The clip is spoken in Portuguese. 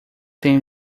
tenho